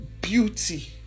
beauty